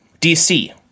DC